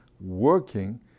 working